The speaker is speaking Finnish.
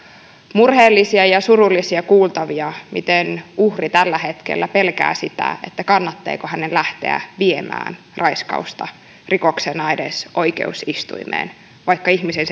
murheellisia ja surullisia kuultavia miten uhri tällä hetkellä pelkää sitä kannattaako hänen lähteä viemään raiskausta rikoksena edes oikeusistuimeen vaikka ihmisen